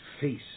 face